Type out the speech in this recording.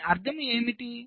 దీని అర్థం ఏమిటి